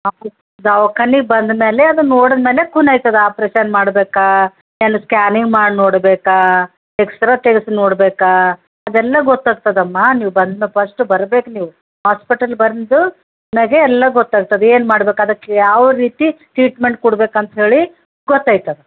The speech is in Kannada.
ದವಾಖಾನಿಗೆ ಬಂದಮೇಲೆ ಅದು ನೋಡಿದಮೇಲೆ ಖೂನೈತದ ಆಪರೇಷನ್ ಮಾಡಬೇಕಾ ಏನು ಸ್ಕ್ಯಾನಿಂಗ್ ಮಾಡಿ ನೋಡಬೇಕಾ ಎಕ್ಸ್ರಾ ತೆಗ್ಸಿ ನೋಡಬೇಕಾ ಅದೆಲ್ಲ ಗೊತ್ತಾಗ್ತದಮ್ಮ ನೀವು ಬಂದು ಫರ್ಸ್ಟು ಬರಬೇಕು ನೀವು ಹಾಸ್ಪಿಟಲ್ ಬಂದು ಆಮೇಲೆ ಎಲ್ಲ ಗೊತ್ತಾಗ್ತದೆ ಏನು ಮಾಡ್ಬೇಕು ಅದಕ್ಕೆ ಯಾವ ರೀತಿ ಟ್ರೀಟ್ಮೆಂಟ್ ಕೊಡ್ಬೇಕು ಅಂತ ಹೇಳಿ ಗೊತ್ತೈತದೆ